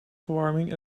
verwarming